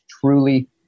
truly